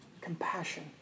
Compassion